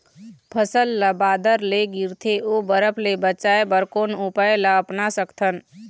फसल ला बादर ले गिरथे ओ बरफ ले बचाए बर कोन उपाय ला अपना सकथन?